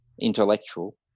intellectual